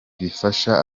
bifasha